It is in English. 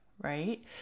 right